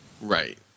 right